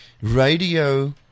radio